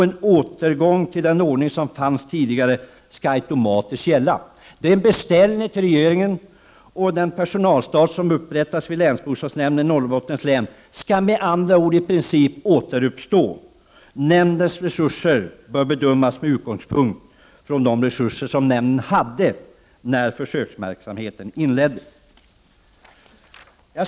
En återgång till den ordning som fanns tidigare skall ske automatiskt. Det är en beställning till regeringen, och den personalstat som upprättas vid länsbostadsnämnden i Norrbottens län skall med andra ord i princip ”återuppstå”. Nämndens resurser bör bedömas med utgångspunkt i de resurser som nämnden hade när försöksverksamheten inleddes.